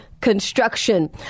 construction